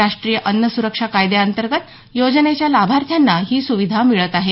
राष्ट्रीय अन्न सुरक्षा कायद्याअंतर्गत योजनेच्या लाभार्थ्यांना ही सुविधा मिळत आहे